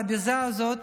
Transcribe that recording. על הביזה הזאת,